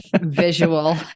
visual